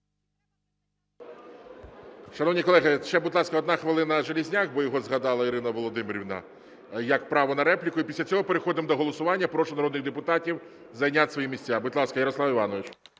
Шановні колеги, ще, будь ласка, одна хвилина, Железняк, бо його згадала Ірина Володимирівна, як право на репліку. І після цього переходимо до голосування. Прошу народних депутатів зайняти свої місця. Будь ласка, Ярослав Іванович.